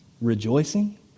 Rejoicing